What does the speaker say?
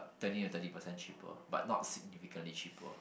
twenty to thirty percent cheaper but not significantly cheaper